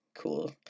Cool